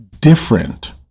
different